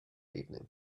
evening